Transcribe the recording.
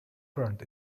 burnt